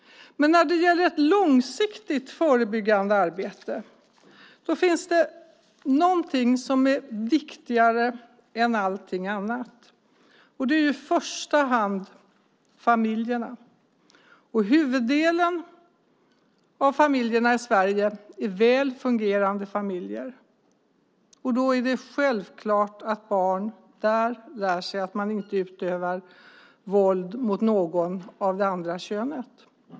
När det gäller ett långsiktigt förebyggande arbete finns det någonting som är viktigare än allting annat, och det är i första hand familjerna. Huvuddelen av familjerna i Sverige är väl fungerande familjer, och då är det självklart att barn där lär sig att man inte utövar våld mot någon av det andra könet.